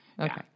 Okay